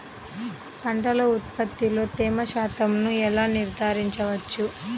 పంటల ఉత్పత్తిలో తేమ శాతంను ఎలా నిర్ధారించవచ్చు?